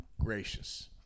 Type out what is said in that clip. gracious